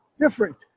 different